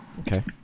Okay